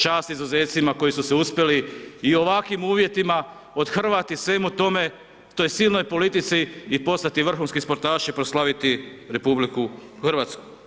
Čast izuzecima, koji su se uspjeli i u ovakvim uvjetima, othrvati svemu tome, toj silnoj politici i postati vrhunski sportaši proslaviti RH.